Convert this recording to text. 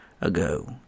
ago